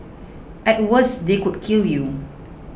at worst they could kill you